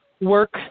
work